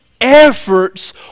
efforts